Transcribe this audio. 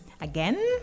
again